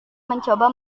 mencoba